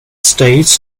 states